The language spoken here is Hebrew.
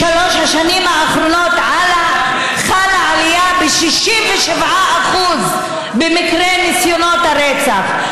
בשלוש השנים האחרונות חלה עלייה של 67% במקרי ניסיונות הרצח.